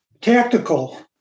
tactical